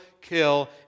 kill